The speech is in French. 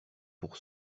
pour